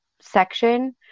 section